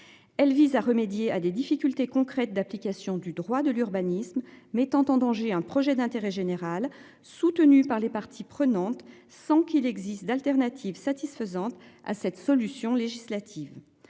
Elle vise à remédier à des difficultés concrètes d'application du droit de l'urbanisme, mettant en danger un projet d'intérêt général, soutenue par les parties prenantes sans qu'il existe d'alternative satisfaisante à cette solution législative